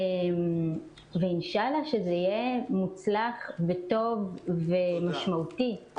אינשאללה שזה יהיה מוצלח וטוב ומשמעותי.